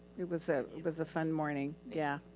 it was ah was a fun morning, yeah.